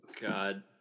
God